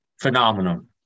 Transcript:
phenomenon